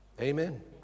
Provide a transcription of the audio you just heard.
Amen